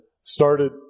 started